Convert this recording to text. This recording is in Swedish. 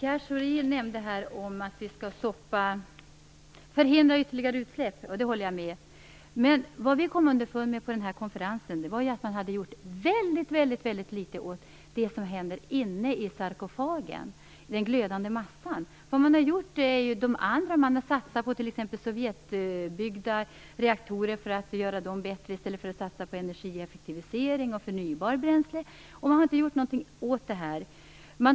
Fru talman! Pierre Schori nämnde att vi skall förhindra ytterligare utsläpp, och det håller jag med om. Men på konferensen kom vi underfund med att man hade gjort ytterst litet åt det som händer inuti sarkofagen, åt den glödande massan. Man har satsat på att förbättra sovjetbyggda reaktorer i stället för att satsa på energieffektivisering och förnybara bränslen. Man har inte gjort någonting åt detta.